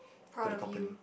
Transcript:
proud of you